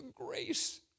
grace